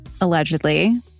allegedly